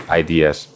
ideas